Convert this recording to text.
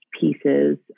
pieces